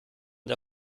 der